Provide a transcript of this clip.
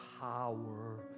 power